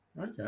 Okay